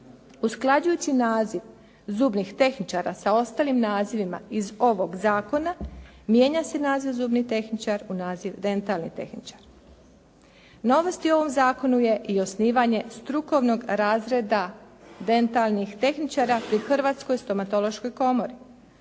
Usklađujući naziv zubnih tehničara sa ostalim nazivima iz ovog zakona mijenja se naziv zubni tehničar u naziv dentalni tehničar. Novost u ovom zakonu je i osnivanje strukovnog razreda dentalnih tehničara pri Hrvatskoj stomatološkoj komori.